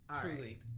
Truly